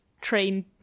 train